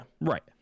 right